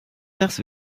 das